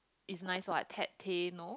is nice what Ted Tay no